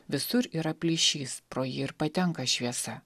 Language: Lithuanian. visur yra plyšys pro jį ir patenka šviesa